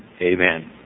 Amen